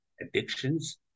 addictions